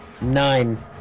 Nine